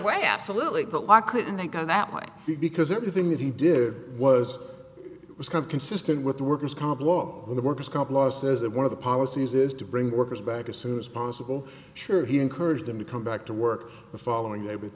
way absolutely but why couldn't they go that way because everything that he did was it was kind of consistent with the worker's comp law of the worker's comp law says that one of the policies is to bring workers back as soon as possible sure he encouraged them to come back to work the following day but